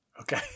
Okay